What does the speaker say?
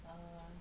err